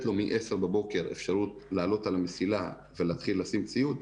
לו מ-22:00 אפשרות לעלות על המסילה ולהתחיל לשים ציוד,